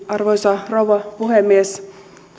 arvoisa rouva puhemies